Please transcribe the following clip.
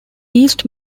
east